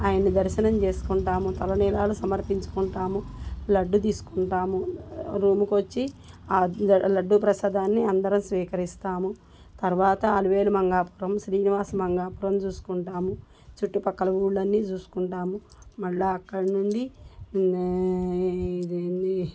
ఆయన్ని దర్శనం చేసుకుంటాము తలనీలాలు సమర్పించుకుంటాము లడ్డు తీసుకుంటాము రూముకొచ్చి ఆ లడ్డూ ప్రసాదాన్ని అందరూ స్వీకరిస్తాము తర్వాత అలివేలు మంగాపురం శ్రీనివాస మంగాపురం చూసుకుంటాము చుట్టుపక్కల ఊర్లన్నీ చూసుకుంటాము మళ్ళీ అక్కడ నుండి ఇదేంది